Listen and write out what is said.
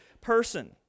person